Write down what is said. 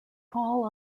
all